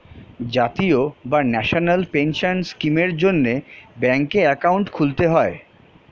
জাতীয় বা national pension স্কিমের জন্যে ব্যাঙ্কে অ্যাকাউন্ট খুলতে হয়